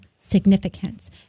significance